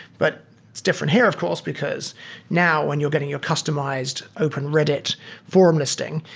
but it's different here, of course, because now when you're getting your customized open reddit form listing,